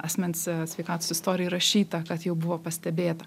asmens sveikatos istorijoj įrašyta kad jau buvo pastebėta